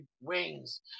wings